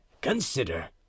consider